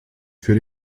für